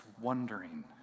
wondering